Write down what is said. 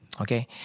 Okay